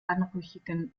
anrüchigen